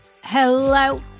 Hello